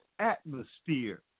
atmosphere